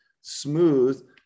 smooth